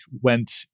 went